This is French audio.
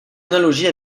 analogie